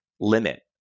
limit